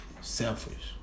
Selfish